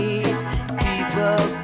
People